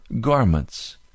garments